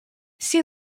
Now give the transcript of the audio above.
see